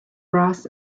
brass